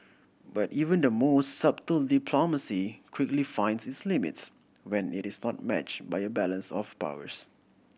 but even the most subtle diplomacy quickly finds its limits when it is not match by a balance of powers